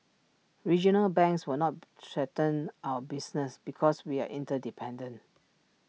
regional banks will not threaten our business because we are interdependent